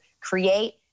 create